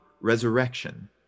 resurrection